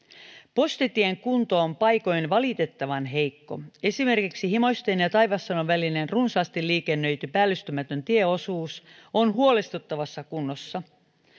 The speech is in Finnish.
postitien kunto on paikoin valitettavan heikko esimerkiksi himoisten ja taivassalon välinen runsaasti liikennöity päällystämätön tieosuus on huolestuttavassa kunnossa